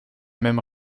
même